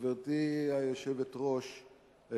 גברתי היושבת-ראש,